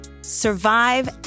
survive